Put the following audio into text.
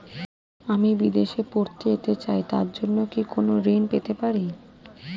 আমি বিদেশে পড়তে যেতে চাই তার জন্য কি কোন ঋণ পেতে পারি?